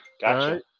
Gotcha